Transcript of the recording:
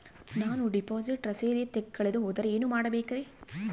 ನಾನು ಡಿಪಾಸಿಟ್ ರಸೇದಿ ಕಳೆದುಹೋದರೆ ಏನು ಮಾಡಬೇಕ್ರಿ?